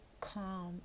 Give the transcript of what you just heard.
calm